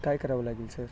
काय करावं लागेल सर